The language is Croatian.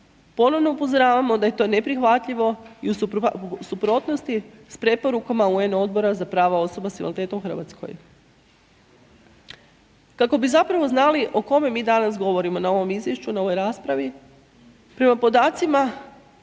Ponovno upozoravamo da je to neprihvatljivo i u suprotnosti sa preporukama UN Odbora za prava osoba sa invaliditetom u Hrvatskoj. Kako bi zapravo znali o kome mi danas govorimo na izvješću, na ovoj raspravi, prema podacima